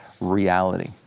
reality